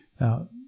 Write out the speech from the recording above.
Now